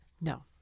no